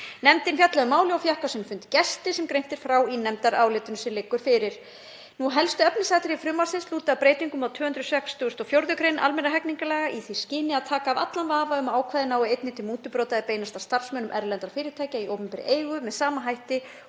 Nefndin fjallaði um málið og fékk á sinn fund gesti sem greint er frá í nefndarálitinu sem liggur fyrir. Helstu efnisatriði frumvarpsins lúta að breytingum á 264. gr. almennra hegningarlaga í því skyni að taka af allan vafa um að ákvæðið nái einnig til mútubrota er beinast að starfsmönnum erlendra fyrirtækja í opinberri eigu með sama hætti